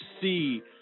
see